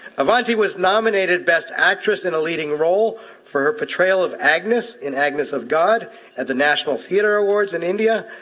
avanti was nominated best actress in a leading role for her portrayal of agnes in agnes of god at the national theater awards in india.